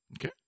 okay